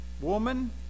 woman